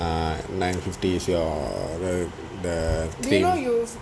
uh nine fifty is your err the thing